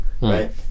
Right